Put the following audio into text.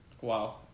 wow